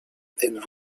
and